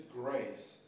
grace